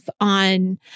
on